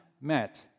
met